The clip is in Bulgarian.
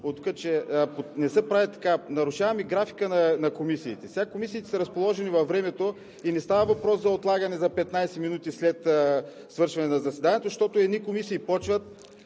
оттук, че не се прави така. Нарушаваме графика на комисиите. Комисиите са разположени във времето и не става въпрос за отлагане за 15 минути след свършване на заседанието, защото едни комисии започват,